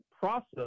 process